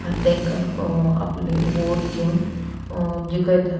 आनी तांकां आपली वोट दिवून जिकयतात